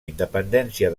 independència